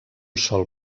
sol